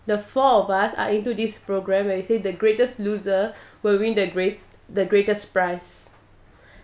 the four of us are into this program where we say the greatest loser will win the great the greatest surprise